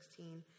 16